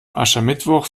aschermittwoch